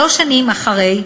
שלוש שנים אחרי,